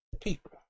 people